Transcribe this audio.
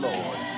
Lord